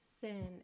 sin